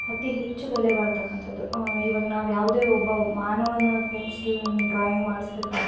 ಅತ್ತಿ ಹೆಚ್ಚು ಬೆಲೆ ಬಾಳ್ತಕ್ಕಂಥದ್ದು ಇವಾಗ ನಾವು ಯಾವುದೇ ಒಬ್ಬ ಮಾನವನ ಪೆನ್ಸಿಲ್ ಡ್ರಾಯಿಂಗ್ ಮಾಡ್ಸ್ಬೇಕಾದರೆ